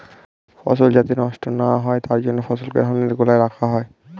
ফসল যাতে নষ্ট না হয় তার জন্য ফসলকে ধানের গোলায় রাখা হয়